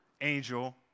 angel